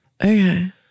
Okay